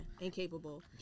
incapable